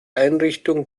einrichtung